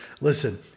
Listen